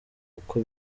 uko